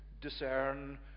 discern